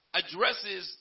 addresses